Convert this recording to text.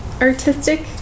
artistic